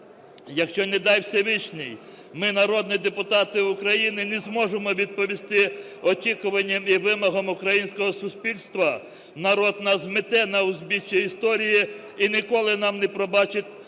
Якщо, не дай Всевишній, ми, народні депутати України, не зможемо відповісти очікуванням і вимогам українського суспільства, народ нас змете на узбіччя історії і ніколи нам не пробачать